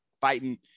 fighting